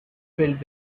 filled